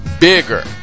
Bigger